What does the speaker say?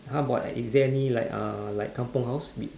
how about is there any like uh like kampung house